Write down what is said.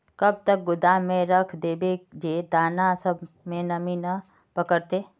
कब तक गोदाम में रख देबे जे दाना सब में नमी नय पकड़ते?